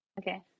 Okay